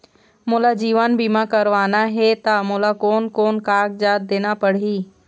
मोला जीवन बीमा करवाना हे ता मोला कोन कोन कागजात देना पड़ही?